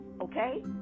okay